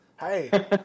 Hey